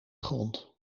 grond